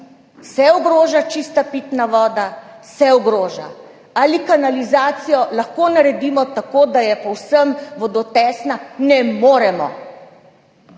Se ogroža čisto pitno vodo? Se ogroža. Ali kanalizacijo lahko naredimo tako, da je povsem vodotesna? Ne moremo.